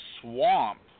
swamp